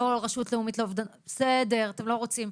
לא רשות לאומית לאובדנות בסדר, אתם לא רוצים.